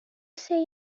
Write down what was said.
say